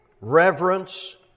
reverence